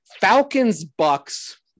Falcons-Bucks